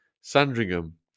Sandringham